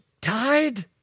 died